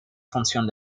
función